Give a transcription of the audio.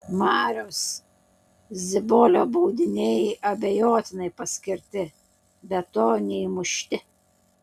mariaus zibolio baudiniai abejotinai paskirti be to neįmušti